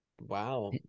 Wow